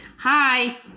Hi